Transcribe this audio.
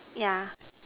yeah